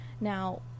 now